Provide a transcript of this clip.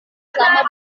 selama